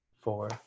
four